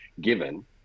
given